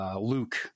Luke